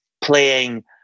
playing